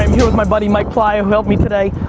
um here with my buddy mike plyer who helped me today.